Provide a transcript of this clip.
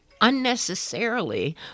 unnecessarily